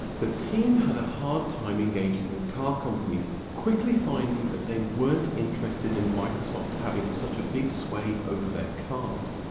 the team had a hard time engaging with car companies, quickly finding that they weren't interested in microsoft having such a big sway over their cars.